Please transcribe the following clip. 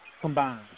combined